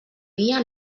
dia